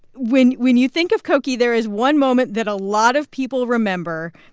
when when you think of cokie, there is one moment that a lot of people remember.